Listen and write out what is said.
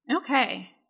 Okay